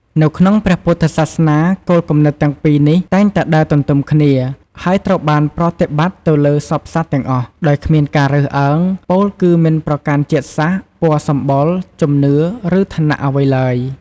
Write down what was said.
នៅក្នុងព្រះពុទ្ធសាសនា គោលគំនិតទាំងពីរនេះតែងតែដើរទន្ទឹមគ្នា ហើយត្រូវបានប្រតិបត្តិទៅលើសព្វសត្វទាំងអស់ ដោយគ្មានការរើសអើង ពោលគឺមិនប្រកាន់ជាតិសាសន៍ ពណ៌សម្បុរ ជំនឿ ឬឋានៈអ្វីឡើយ។